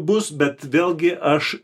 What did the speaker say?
bus bet vėlgi aš